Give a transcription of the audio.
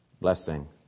blessing